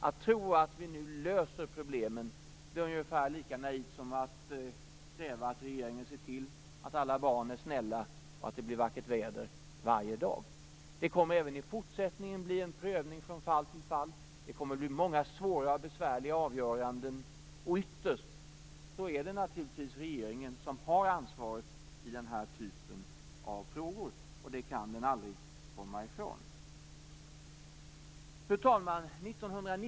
Att tro att vi nu löser problemen är ungefär lika naivt som att kräva att regeringen skall se till att alla barn är snälla och att det är vackert väder varje dag. Det kommer även i fortsättningen att bli en prövning från fall till fall. Det kommer att bli många svåra avgöranden, och ytterst har naturligtvis regeringen ansvaret i den här typen av frågor. Det kan den aldrig komma ifrån. Fru talman!